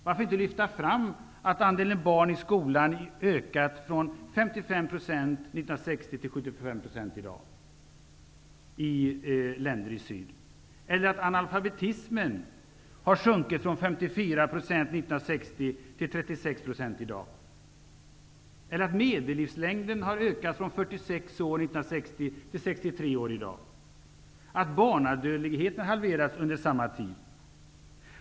Varför inte lyfta fram att andelen barn i skolan ökat från 55 % 1960 till 75 % i dag i länder i syd, att analfabetismen har sjunkit från 54 % 1960 till 36 % i dag, att medellivslängden har ökat från 46 år 1960 till 63 år i dag och att barnadödligheten halverats under samma tid?